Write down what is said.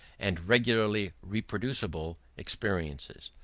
and regularly reproducible, experiences.